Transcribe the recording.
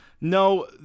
No